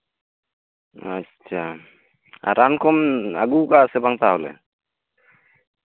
ᱟᱪᱪᱷᱟ ᱨᱟᱱ ᱠᱚᱢ ᱟᱹᱜᱩ ᱠᱟᱜ ᱥᱮ ᱵᱟᱝ ᱛᱟᱦᱚᱞᱮ